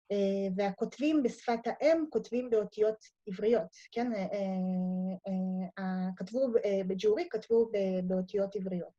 והכותבים בשפת האם כותבים באותיות עבריות, כן? כתבו בג'ורי, כתבו באותיות עבריות.